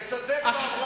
תספר מה היו הנימוקים.